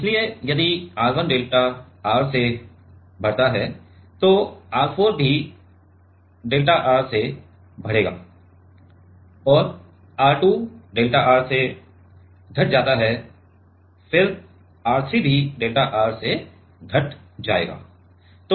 इसलिए यदि R1 delta R से बढ़ता है तो R4 भी डेल्टा R से बढ़ेगा और R2 डेल्टा R से घट जाता है फिर R3 भी डेल्टा R से घट जाएगा